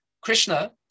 Krishna